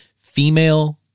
female